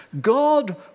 God